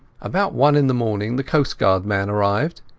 about one in the morning the coastguard man arrived.